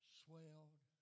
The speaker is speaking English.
swelled